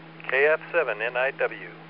KF7NIW